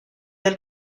del